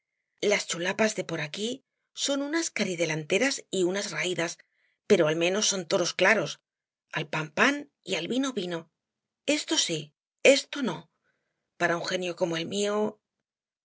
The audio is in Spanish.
las chulapas de por aquí son unas caridelanteras y unas raídas pero al menos son toros claros al pan pan y al vino vino esto sí esto no para un genio como el mío